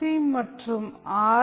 C மற்றும் R